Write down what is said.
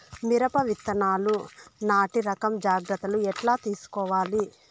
మిరప విత్తనాలు నాటి రకం జాగ్రత్తలు ఎట్లా తీసుకోవాలి?